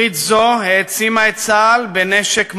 ברית זו העצימה את צה"ל בנשק מודרני,